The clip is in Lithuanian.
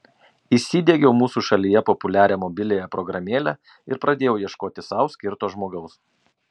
įsidiegiau mūsų šalyje populiarią mobiliąją programėlę ir pradėjau ieškoti sau skirto žmogaus